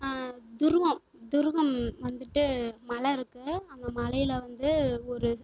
துர்வம் துர்வம் வந்துவிட்டு மலை இருக்கு அங்கே மலையில் வந்து ஒரு